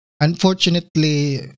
unfortunately